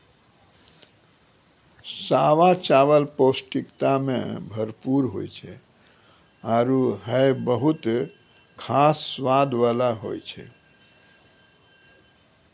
सावा चावल पौष्टिकता सें भरपूर होय छै आरु हय बहुत खास स्वाद वाला होय छै